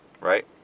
right